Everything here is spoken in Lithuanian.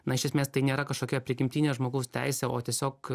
na iš esmės tai nėra kažkokia prigimtinė žmogaus teisė o tiesiog